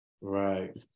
Right